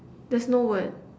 there's no word